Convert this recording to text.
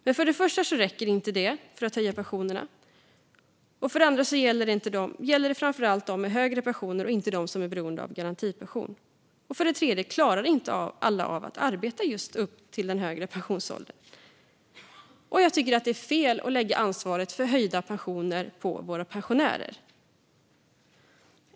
Men för det första räcker inte det för att höja pensionerna. För det andra gäller det framför allt dem med högre pensioner och inte dem som är beroende av garantipension. För det tredje klarar inte alla av att arbeta upp till den högre pensionsåldern. Jag tycker att det är fel att lägga ansvaret för höjda pensioner på våra pensionärer.